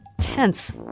tense